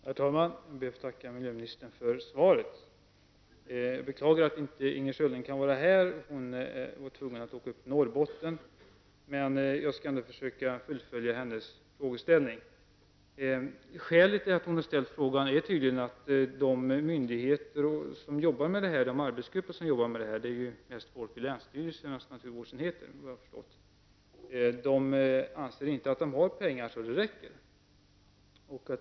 Herr talman! Jag ber att få tacka miljöministern för svaret. Jag beklagar att Inger Schörling inte kunde vara här i kammaren. Hon var tvungen att åka till Norrbotten. Jag skall ändå försöka att fullfölja hennes frågeställning. Skälet till att hon ställt frågan är tydligen att arbetsgrupperna, för det mesta tjänstemän vid länsstyrelsernas naturvårdsenheter, enligt vad jag har förstått inte anser att de har tillräckligt med pengar.